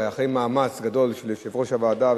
אחרי מאמץ גדול של יושב-ראש הוועדה,